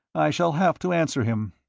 i shall have to answer him.